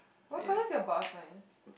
what colour is your bus sign